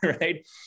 right